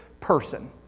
person